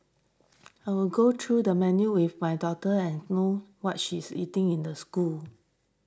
I will go through the menu with my daughter and know what she is eating in the school